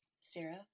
Sarah